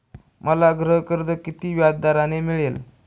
मला गृहकर्ज किती व्याजदराने मिळेल?